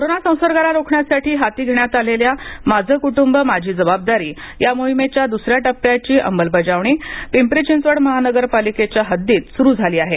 corona संसर्गाला रोखण्यासाठी हाती घेण्यात आलेल्या माझे कुटुंब माझी जबाबदारी या मोहिमेच्या दुसऱ्या टप्प्याची अमलबजावणी पिंपरी चिंचवड महापालिकेच्या हदीत सुरू झाली आहे